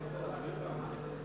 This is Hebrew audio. אני רוצה להסביר בכמה מילים.